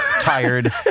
tired